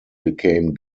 became